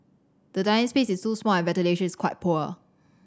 the dining space is too small and ventilation is quite poor